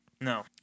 No